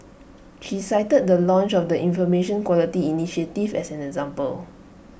she cited the launch of the Information Quality initiative as an example